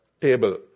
table